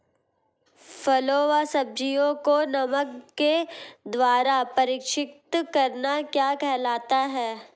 फलों व सब्जियों को नमक के द्वारा परीक्षित करना क्या कहलाता है?